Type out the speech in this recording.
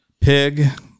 pig